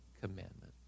commandment